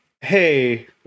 hey